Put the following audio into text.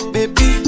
Baby